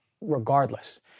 regardless